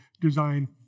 design